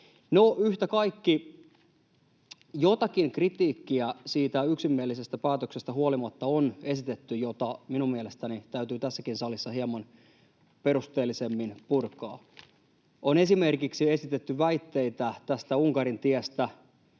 yhtä kaikki, jotakin kritiikkiä siitä yksimielisestä päätöksestä huolimatta on esitetty, jota minun mielestäni täytyy tässäkin salissa hieman perusteellisemmin purkaa. On esimerkiksi esitetty väitteitä tästä Unkarin tiestä.